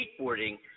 skateboarding